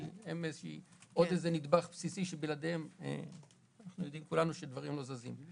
כי זה עוד נדבך בסיסי שבלעדיו אנחנו יודעים כולנו שדברים לא זזים.